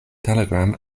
telegram